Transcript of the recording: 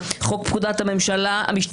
ממשלה; חוק פקודת המשטרה,